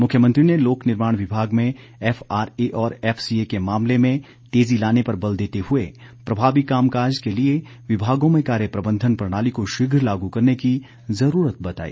मुख्यमंत्री ने लोक निर्माण विभाग में एफआरए और एफ सी ए के मामले में तेजी लाने पर बल देते हुए प्रभावी काम काज के लिए विभागों में कार्य प्रबंधन प्रणाली को शीघ्र लागू करने की जरूरत बताई